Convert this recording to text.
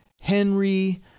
Henry